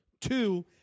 Two